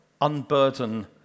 unburden